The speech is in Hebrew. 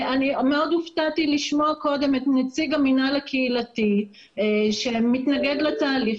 מאוד הופתעתי לשמוע קודם את נציג המינהל הקהילתי שמתנגד לתהליך